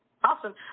Awesome